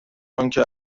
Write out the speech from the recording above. آنکه